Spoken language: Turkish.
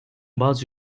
bazı